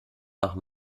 nach